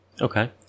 Okay